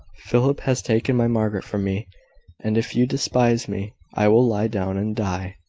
philip has taken my margaret from me and if you despise me, i will lie down and die.